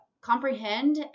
comprehend